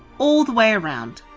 all the way around.